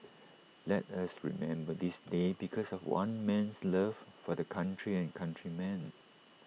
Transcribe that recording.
let us remember this day because of one man's love for the country and countrymen